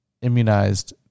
immunized